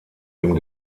dem